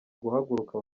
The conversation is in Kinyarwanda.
guhaguruka